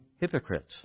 hypocrites